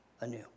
anew